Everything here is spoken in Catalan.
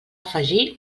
afegir